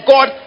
God